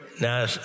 Now